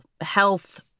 health